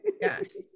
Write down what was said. yes